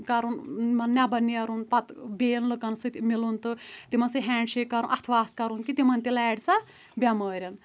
کَرُن نیٚبر نیرُن پتہٕ بییَن لُکَن سۭتۍ مِلُن تہٕ تِمن سۭتۍ ہینٛڈشیک کَرُن اَتھ واس کَرُن کہِ تِمن تہِ لارِ سو بٮ۪مٲرۍ